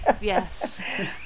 Yes